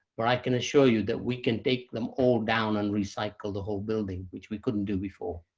but i can assure you that we can take them all down and recycle the whole building, which we couldn't do before.